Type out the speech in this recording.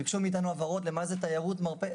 ביקשו מאיתנו הבהרות למה זה תיירות מרפא.